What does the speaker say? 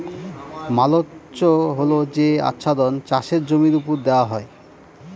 mulch হল যে আচ্ছাদন চাষের জমির ওপর দেওয়া হয়